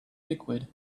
liquid